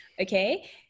okay